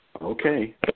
okay